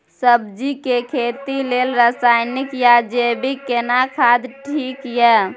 सब्जी के खेती लेल रसायनिक या जैविक केना खाद ठीक ये?